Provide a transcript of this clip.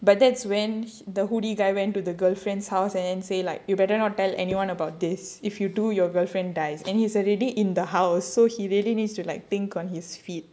but that's when the hoodie guy went to the girlfriend's house and then say like you better not tell anyone about this if you do your girlfriend dies and he is already in the house so he really needs to like think on his feet